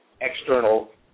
external